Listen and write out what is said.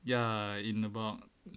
ya in about